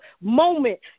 moment